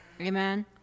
Amen